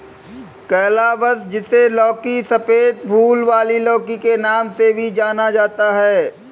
calabash, जिसे लौकी, सफेद फूल वाली लौकी के नाम से भी जाना जाता है